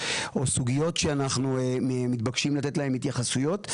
או סוגיות שאנחנו מתבקשים לתת להם התייחסויות.